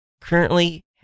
currently